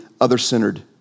other-centered